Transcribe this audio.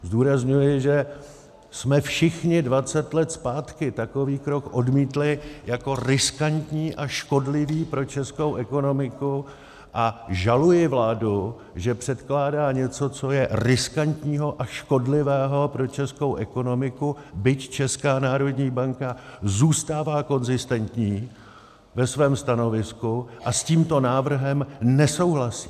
Zdůrazňuji, že jsme všichni dvacet let zpátky takový krok odmítli jako riskantní a škodlivý pro českou ekonomiku, a žaluji vládu, že předkládá něco, co je riskantního a škodlivého pro českou ekonomiku, byť Česká národní banka zůstává konzistentní ve svém stanovisku a s tímto návrhem nesouhlasí.